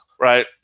Right